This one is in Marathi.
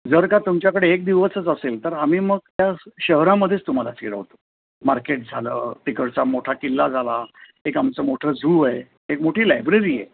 जर का तुमच्याकडे एक दिवसच असेल तर आम्ही मग त्या शहरामध्येच तुम्हाला फिरवतो मार्केट झालं तिकडचा मोठा किल्ला झाला एक आमचं मोठं झू आहे एक मोठी लायब्ररी आहे